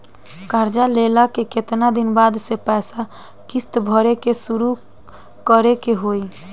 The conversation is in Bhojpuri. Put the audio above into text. कर्जा लेला के केतना दिन बाद से पैसा किश्त भरे के शुरू करे के होई?